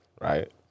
right